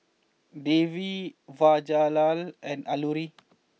Devi Jawaharlal and Alluri